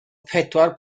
pedwar